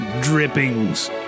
drippings